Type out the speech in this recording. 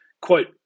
Quote